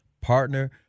partner